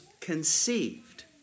conceived